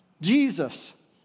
Jesus